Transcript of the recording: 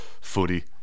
footy